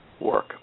work